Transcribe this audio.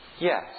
Yes